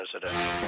president